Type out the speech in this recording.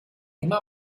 immer